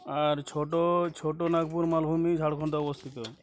আর ছোট ছোটনাগপুর মালভূমি ঝাড়খণ্ডে অবস্থিত